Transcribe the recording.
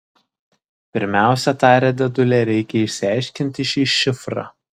pirmiausia tarė dėdulė reikia išsiaiškinti šį šifrą